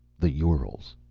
the urals.